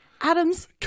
Adam's